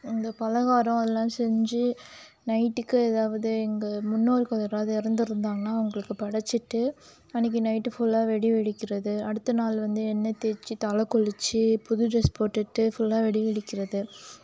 இந்த பலகாரம் அதெலாம் செஞ்சு நைட்டுக்கு ஏதாவது எங்கள் முன்னோர்கள் யாராவது இறந்துருந்தாங்கன்னா அவங்களுக்கு படைச்சிட்டு அன்னிக்கு நைட்டு ஃபுல்லாக வெடி வெடிக்கிறது அடுத்த நாள் வந்து எண்ணெய் தேய்ச்சி தலை குளிச்சு புது ட்ரெஸ் போட்டுகிட்டு ஃபுல்லாக வெடி வெடிக்கிறது